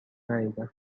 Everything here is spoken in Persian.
ندیدم